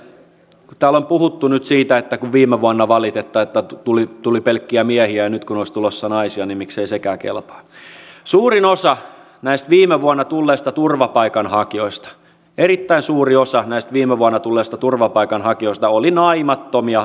kun täällä on puhuttu nyt siitä että kun viime vuonna valitettiin että tuli pelkkiä miehiä ja nyt kun olisi tulossa naisia niin miksei sekään kelpaa niin suurin osa näistä viime vuonna tulleista turvapaikanhakijoista erittäin suuri osa oli naimattomia nuoria miehiä